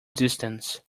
distance